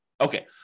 Okay